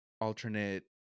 alternate